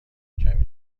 کمی